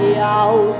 out